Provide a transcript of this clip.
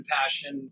passion